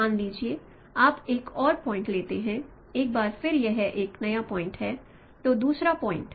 मान लीजिए आप एक और पॉइंट लेते हैं एक बार फिर यह एक नया पॉइंट है तो दूसरा पॉइंट